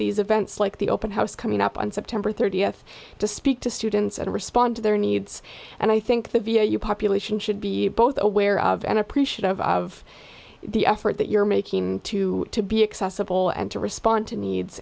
these events like the open house coming up on september thirtieth to speak to students and respond to their needs and i think the view you population should be both aware of and appreciative of the effort that you're making to to be accessible and to respond to needs